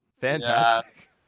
Fantastic